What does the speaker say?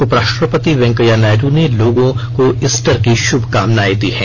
उपराष्ट्रपति वेंकैया नायडू ने लोगों ईस्टर की शुभकामनाएं दी हैं